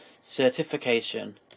certification